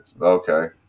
Okay